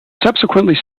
subsequently